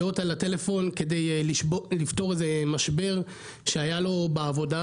על הטלפון כדי לפתור איזה משבר שהיה לו בעבודה,